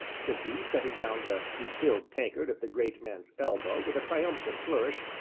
said he, setting down the refilled tankard at the great man's elbow with a triumphant flourish,